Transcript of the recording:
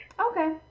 Okay